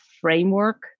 framework